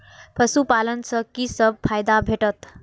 पशु पालन सँ कि सब फायदा भेटत?